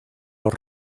los